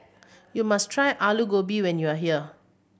you must try Aloo Gobi when you are here